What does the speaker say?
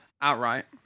outright